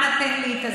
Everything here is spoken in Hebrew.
אנא תן לי את הזמן שלי.